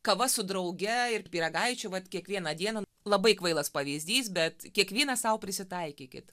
kava su drauge ir pyragaičiu vat kiekvieną dieną labai kvailas pavyzdys bet kiekvienas sau prisitaikykit